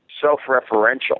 self-referential